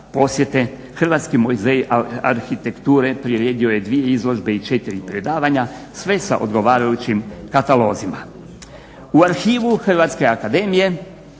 posjete. Hrvatski muzej arhitekture priredio je 2 izložbe i 4 predavanja sve sa odgovarajućim katalozima. U Arhivu Hrvatske akademije